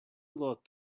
lot